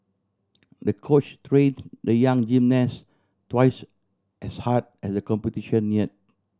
the coach train the young gymnast twice as hard as the competition near